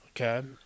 Okay